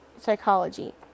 psychology